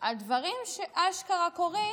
על דברים שאשכרה קורים,